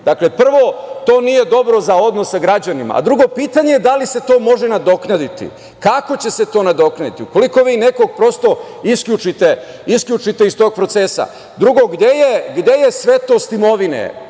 Dakle, prvo to nije dobro za odnos sa građanima. Drugo, pitanje je da li se to može nadoknaditi, kako će se to nadoknaditi, u koliko vi nekoga prosto isključite iz tog procesa. Drugo, gde je svetost imovine,